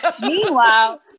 Meanwhile